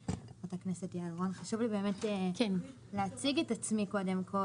חשוב לי להציג את עצמי קודם.